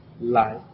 life